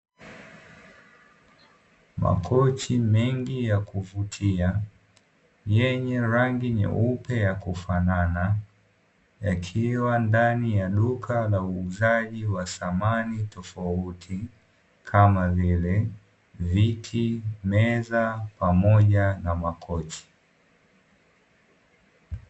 Makochi mengi ya kuvutia, yenye rangi nyeupe ya kufanana, yakiwa ndani ya duka la uuzaji wa samani tofauti, kama vile: viti, meza pamoja na makochi.